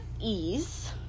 ease